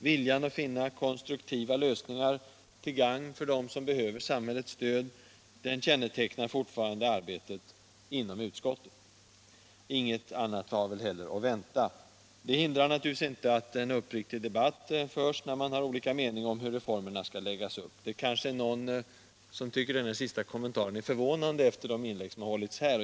Viljan att finna konstruktiva lösningar — till gagn för dem som behöver samhällets stöd — kännetecknar fortfarande arbetet inom utskottet. Inget annat var väl heller att vänta. Det hindrar naturligtvis inte en uppriktig debatt när man har olika mening om hur reformerna skall läggas upp. Någon tycker kanske att den kommentaren är förvånande, efter de inlägg som har hållits här.